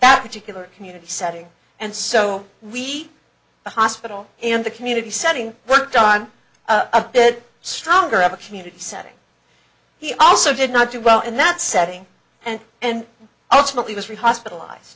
that particular community setting and so we the hospital and the community setting worked on a stronger of a community setting he also did not do well in that setting and and ultimately was re hospitalized